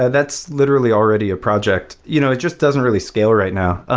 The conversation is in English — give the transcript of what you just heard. that's literally already a project. you know it just doesn't really scale right now.